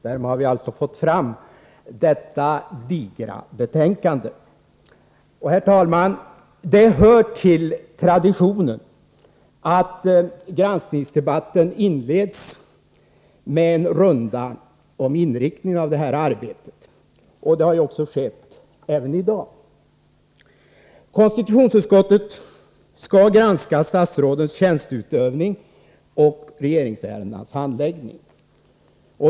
Därmed har vi alltså fått fram detta digra betänkande. Herr talman! Det hör till traditionen att granskningsdebatten inleds med en runda om inriktningen av utskottets arbete i detta hänseende. Så har skett även i dag. Konstitutionsutskottet skall granska statsrådens tjänsteutövning och regeringsärendenas handläggning.